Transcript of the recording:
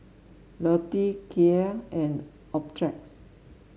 Lotte Kia and Optrex